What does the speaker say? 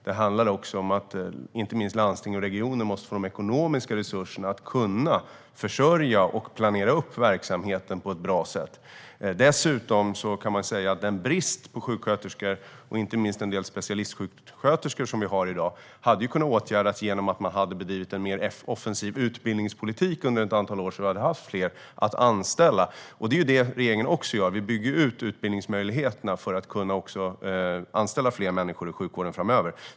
Det handlar också om att inte minst landsting och regioner måste få ekonomiska resurser för att kunna försörja och planera verksamheten på ett bra sätt. Dessutom kan man säga att den brist på sjuksköterskor, inte minst en del specialistsjuksköterskor, som vi har i dag hade kunnat åtgärdas om man hade bedrivit en mer offensiv utbildningspolitik under ett antal år. Då hade vi haft fler att anställa. Det är detta regeringen också gör. Vi bygger ut utbildningsmöjligheterna för att kunna anställa fler människor i sjukvården framöver.